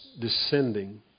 descending